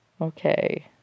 Okay